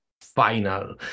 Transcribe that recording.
final